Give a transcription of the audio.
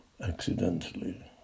accidentally